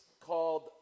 called